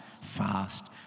fast